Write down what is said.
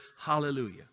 hallelujah